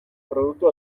produktu